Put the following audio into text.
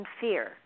fear